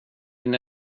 din